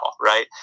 right